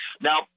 Now